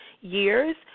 years